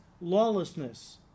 lawlessness